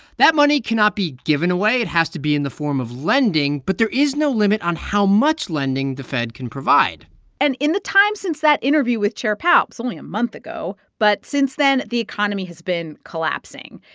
that money cannot be given away. it has to be in the form of lending, but there is no limit on how much lending the fed can provide and in the time since that interview with chair powell it was only a month ago, but since then, the economy has been collapsing.